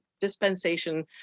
dispensation